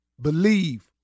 Believe